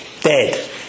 dead